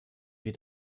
wie